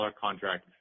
contract